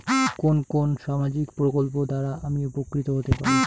কোন কোন সামাজিক প্রকল্প দ্বারা আমি উপকৃত হতে পারি?